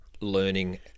learning